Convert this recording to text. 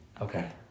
Okay